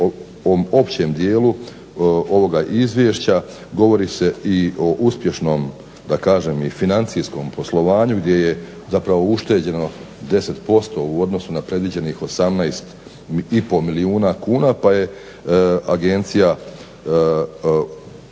općem dijelu ovoga Izvješća govori se o uspješnom i financijskom poslovanju gdje je ušteđeno 10% u odnosu na predviđenih 18,5 milijuna kuna, pa je Agencija